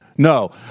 No